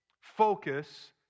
Focus